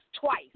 twice